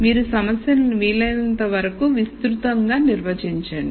మీరు సమస్యను వీలైనంతవరకూ విస్తృతంగా నిర్వచించండి